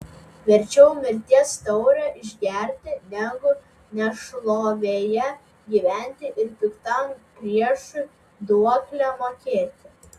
verčiau mirties taurę išgerti negu nešlovėje gyventi ir piktam priešui duoklę mokėti